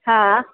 हा